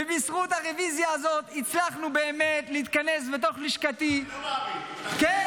ובזכות הרוויזיה הזאת הצלחנו באמת להתכנס בתוך לשכתי ------ כן,